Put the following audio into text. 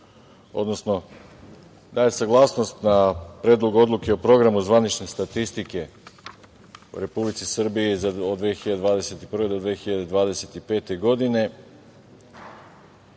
odnosno daje saglasnost na Predlog oduke o programu zvanične statistike Republici Srbiji od 2021. do 2025. godine.U